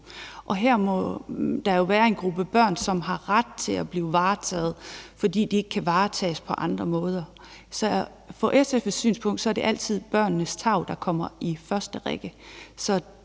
her må der jo være en gruppe børn, som har ret til at blive taget vare om, fordi de ikke kan tages vare om på andre måder. Så fra SF's synspunkt er det altid børnenes tarv, der kommer i første række,